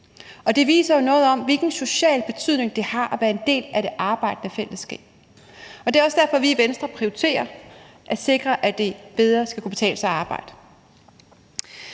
Det viser jo noget om, hvilken social betydning det har at være en del af det arbejdende fællesskab. Det er også derfor, vi i Venstre prioriterer at sikre, at det bedre skal kunne betale sig at arbejde.